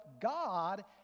God